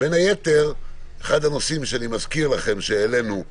בין היתר, אני מזכיר לכם שאחד הנושאים שהעלינו,